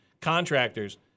contractors